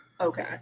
Okay